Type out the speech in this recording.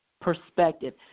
perspective